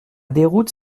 déroute